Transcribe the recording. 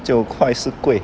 九块是贵